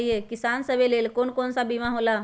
किसान सब के लेल कौन कौन सा बीमा होला?